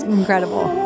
incredible